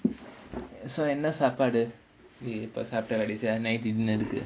so என்ன சாப்பாடு இப்ப சாப்ட:enna saappaadu ippa saapta night dinner